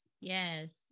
yes